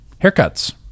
haircuts